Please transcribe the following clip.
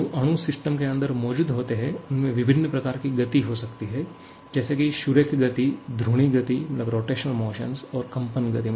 जो अणु सिस्टम के अंदर मौजूद होते हैं उनमें विभिन्न प्रकार की गति हो सकती है जैसे कि सुरेख गति घूर्णी गति और कंपन गति